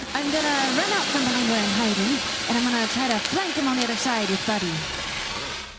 i'm going to run out from behind where i'm hiding and i'm going to try to flank him on the other side with buddy. matt all right,